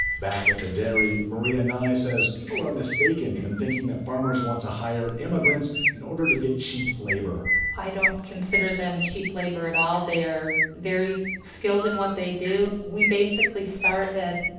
back at the dairy, maria nye says people are mistaken in thinking that farmers want to hire immigrants in order to get cheap labor i don't consider them cheap labor at all. they're very skilled in what they do. we basically start at,